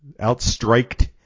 outstriked